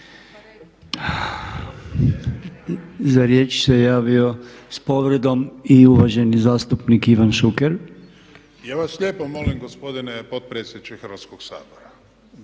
Za riječ se javio s povredom i uvaženi zastupnik Ivan Šuker. **Šuker, Ivan (HDZ)** Ja vas lijepo molim gospodine potpredsjedniče Hrvatskog sabora